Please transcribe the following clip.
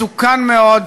מסוכן מאוד,